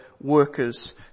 workers